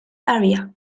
area